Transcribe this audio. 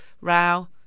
row